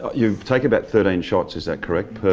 you take about thirty and shots is that correct?